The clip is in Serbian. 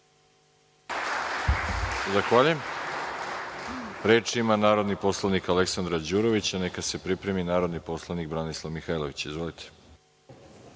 Zahvaljujem. Reč ima narodni poslanik Aleksandra Đurović, a neka se pripremi narodni poslanik Branislav Mihajlović. Izvolite.